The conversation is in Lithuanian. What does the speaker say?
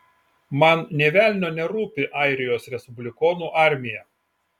man nė velnio nerūpi airijos respublikonų armija